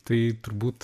tai turbūt